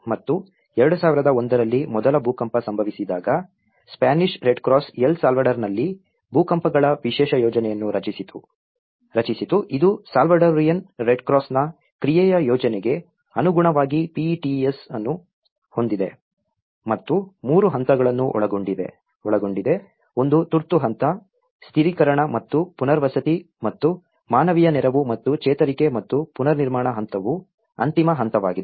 ಮತ್ತು 2001 ರಲ್ಲಿ ಮೊದಲ ಭೂಕಂಪ ಸಂಭವಿಸಿದಾಗ ಸ್ಪ್ಯಾನಿಷ್ ರೆಡ್ಕ್ರಾಸ್ L ಸಾಲ್ವಡಾರ್ನಲ್ಲಿ ಭೂಕಂಪಗಳ ವಿಶೇಷ ಯೋಜನೆಯನ್ನು ರಚಿಸಿತು ಇದು ಸಾಲ್ವಡೋರಿಯನ್ ರೆಡ್ಕ್ರಾಸ್ನ ಕ್ರಿಯೆಯ ಯೋಜನೆಗೆ ಅನುಗುಣವಾಗಿ PETES ಅನ್ನು ಹೊಂದಿದೆ ಮತ್ತು ಮೂರು ಹಂತಗಳನ್ನು ಒಳಗೊಂಡಿದೆ ಒಂದು ತುರ್ತು ಹಂತ ಸ್ಥಿರೀಕರಣ ಮತ್ತು ಪುನರ್ವಸತಿ ಮತ್ತು ಮಾನವೀಯ ನೆರವು ಮತ್ತು ಚೇತರಿಕೆ ಮತ್ತು ಪುನರ್ನಿರ್ಮಾಣ ಹಂತವು ಅಂತಿಮ ಹಂತವಾಗಿದೆ